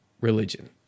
religion